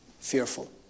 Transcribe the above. fearful